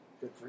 Good